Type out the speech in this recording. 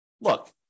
look